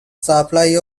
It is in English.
supply